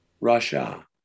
Russia